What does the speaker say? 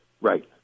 Right